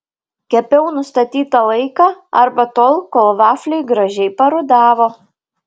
kepiau nustatytą laiką arba tol kol vafliai gražiai parudavo